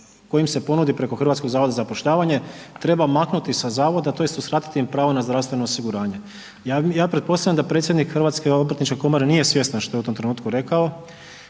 koji im se ponudi preko Hrvatskog zavoda za zapošljavanje treba maknuti sa zavoda tj. uskratiti im pravo na zdravstveno osiguranje. Ja pretpostavljam da predsjednik Hrvatske obrtničke komore nije svjestan što je u tom trenutku rekao